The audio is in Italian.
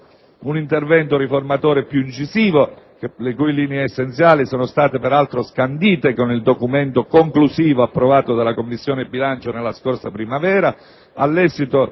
un intervento riformatore più incisivo le cui linee essenziali sono state scandite con il documento conclusivo approvato dalla Commissione bilancio nella scorsa primavera, all'esito